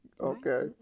Okay